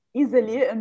easily